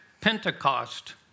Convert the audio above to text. Pentecost